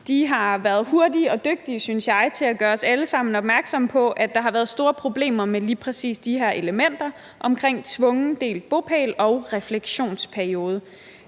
De har været hurtige og dygtige, synes jeg, til at gøre os alle sammen opmærksomme på, at der har været store problemer med lige præcis de her elementer om tvungen delt bopæl og refleksionsperiode.